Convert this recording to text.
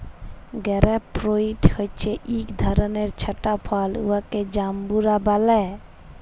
grape fruit হছে ইক ধরলের ছট ফল উয়াকে জাম্বুরা ব্যলে